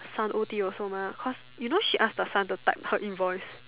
son O_T also mah cause you know she ask the son to type her invoice